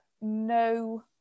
no